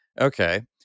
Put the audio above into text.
Okay